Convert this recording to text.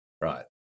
right